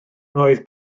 roedd